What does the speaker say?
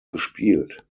gespielt